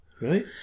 Right